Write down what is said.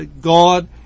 God